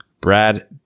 Brad